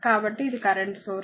కాబట్టి ఇది current source